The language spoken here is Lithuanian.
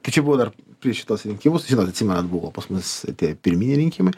tai čia buvo dar prieš šituos rinkimus žinot atsimenat buvo pas mus tie pirminiai rinkimai